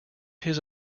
his